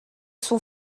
son